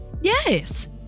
Yes